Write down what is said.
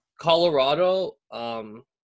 Colorado